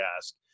ask